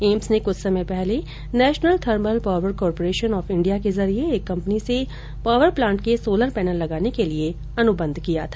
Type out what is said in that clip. AIIMS ने कुछ समय पहले national thermal power corporation of India के जरिए एक कम्पनी से पॉवर प्लांट के सोलर पैनल लगाने के लिए अनुबंध किया था